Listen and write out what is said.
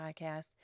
podcast